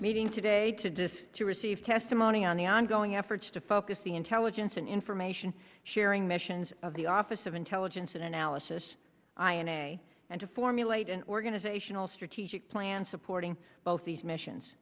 meeting today to discuss to receive testimony on the ongoing efforts to focus the intelligence and information sharing missions of the office of intelligence and analysis i and a and to formulate an organizational strategic plan supporting both these missions